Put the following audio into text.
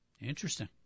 Interesting